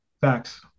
Facts